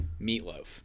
meatloaf